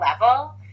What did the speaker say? level